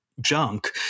junk